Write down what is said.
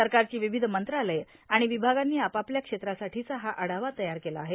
सरकारची विविध मंत्रालयं आणि विभागांनी आपापल्या क्षेत्रासाठीचा हा आढावा तयार केला आहे